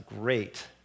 great